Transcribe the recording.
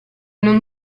non